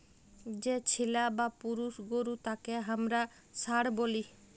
যে ছেলা বা পুরুষ গরু যাঁকে হামরা ষাঁড় ব্যলি